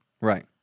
Right